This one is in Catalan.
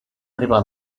arriba